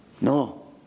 No